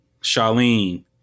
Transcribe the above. Charlene